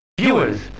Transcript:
Viewers